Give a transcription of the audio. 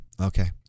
Okay